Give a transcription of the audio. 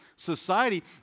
Society